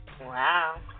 Wow